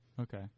Okay